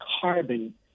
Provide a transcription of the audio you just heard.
carbon